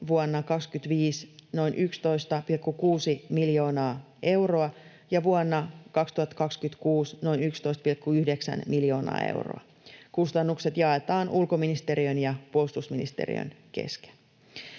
vuonna 25 noin 11,6 miljoonaa euroa ja vuonna 2026 noin 11,9 miljoonaa euroa. Kustannukset jaetaan ulkoministeriön ja puolustusministeriön kesken.